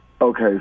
okay